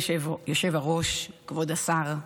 היושב-ראש, כבוד השר,